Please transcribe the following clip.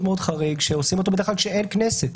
חריג שעושים אותו בדרך כלל כשאין כנסת?